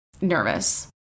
nervous